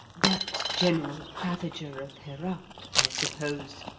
that's general claviger of herat, i suppose,